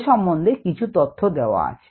এ সম্বন্ধে কিছু তথ্য দেওয়া আছে